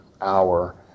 hour